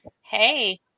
hey